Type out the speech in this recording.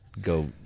go